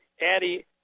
Addie